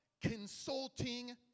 consulting